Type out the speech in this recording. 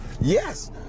Yes